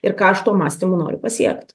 ir ką aš tuo mąstymu noriu pasiekt